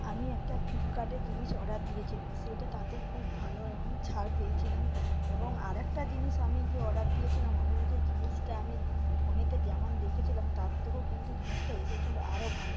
আমি একটা ফ্লিপকার্টে জিনিস অর্ডার দিয়েছিলাম সেইটা তাতে খুব ভালো এবং ছাড় পেয়েছিলাম এবং আরেকটা জিনিস আমি গিয়ে অর্ডার দিয়েছিলাম অর্ডারের সেই জিনিসটা আমি ফোনেতে যেমন দেখেছিলাম তার থেকেও কিন্তু জিনিসটা এসেছিলো আরও ভালো